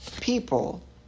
people